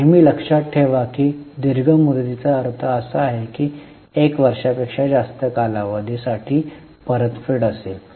नेहमी लक्षात ठेवा की दीर्घ मुदतीचा अर्थ असा आहे जो 1 वर्षापेक्षा जास्त कालावधी साठी परतफेड असेल